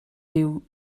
dyw